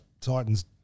Titans